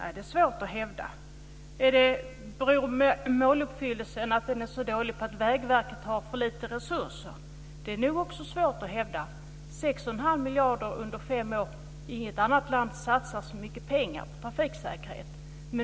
Nej, det är svårt att hävda. Beror den dåliga måluppfyllelsen på att Vägverket har för lite resurser? Det är nog också svårt att hävda. Vi har satsat 6 1⁄2 miljarder under fem år. Inget annat land satsar så mycket pengar på trafiksäkerhet.